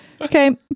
okay